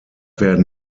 werden